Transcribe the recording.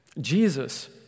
Jesus